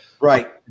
Right